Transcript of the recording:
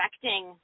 affecting